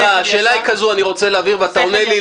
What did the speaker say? השאלה היא כזו אני רוצה להבהיר ואתה עונה לי,